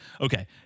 okay